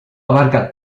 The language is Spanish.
abarca